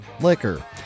liquor